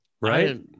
right